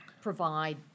provide